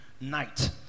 night